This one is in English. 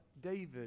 David